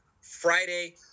Friday